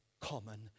common